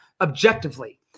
objectively